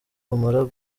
umara